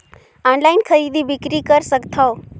Online खरीदी बिक्री कर सकथव?